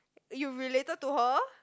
and you related to her